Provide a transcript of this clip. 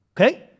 Okay